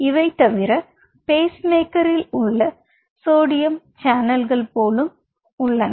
இவை தவிர பேஸ் மேக்கரில் உள்ள சோடியம் சேனல்கள் போலும் உள்ளன